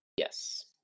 Yes